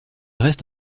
reste